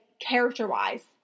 character-wise